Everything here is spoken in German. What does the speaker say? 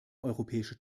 europäische